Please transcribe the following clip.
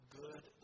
good